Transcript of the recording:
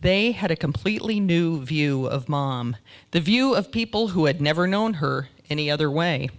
they had a completely new view of mom the view of people who had never known her any other way